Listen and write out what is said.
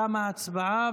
תמה הצבעה.